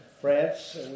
France